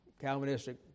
Calvinistic